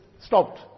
stopped